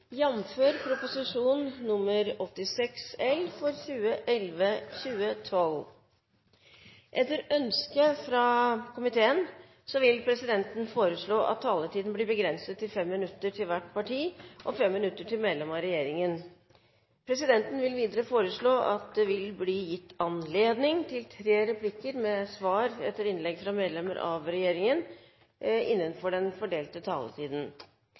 Børre Hansen 4. desember–22. mars For Rogaland fylke: Kjell Arvid Svendsen 3. desember–7. desember Etter ønske fra familie- og kulturkomiteen vil presidenten foreslå at taletiden blir begrenset til 5 minutter til hver gruppe og 5 minutter til medlem av regjeringen. Videre vil presidenten foreslå at det blir gitt anledning til fem replikker med svar etter innlegg fra medlemmer av regjeringen innenfor den fordelte